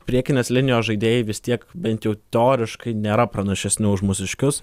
priekinės linijos žaidėjai vis tiek bent jau teoriškai nėra pranašesni už mūsiškius